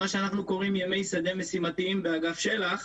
מה שאנחנו קוראים ימי שדה משימתיים באגף של"ח.